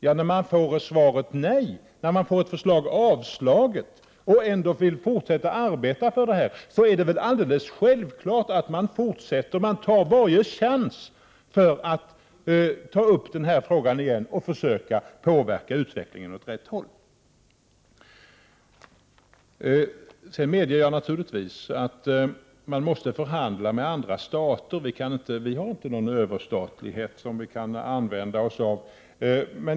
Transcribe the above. Ja, när vi får svaret nej och förslag avslås som vi vill arbeta för, är det väl självklart att vi fortsätter och tar varje chans att ta upp frågorna igen för att försöka påverka utvecklingen åt rätt håll. Jag medger att Sverige måste förhandla med andra stater — vi har inte någon överstatlighet som vi kan använda.